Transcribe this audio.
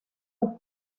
los